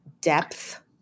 depth